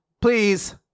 please